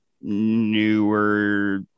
newer